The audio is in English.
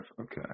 Okay